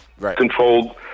Controlled